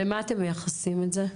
למה אתם מייחסים את העלייה?